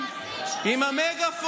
מיעוט,